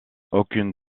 aucune